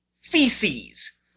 feces